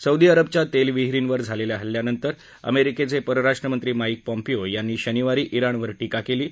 Saudi अरबच्या तेल विहिरीवर झालेल्या हल्ल्यानंतर अमेरिकेचे परराष्ट्रमंत्री माईक पॉम्पियो यांनी शनिवारी जिणवर टीका केली आहे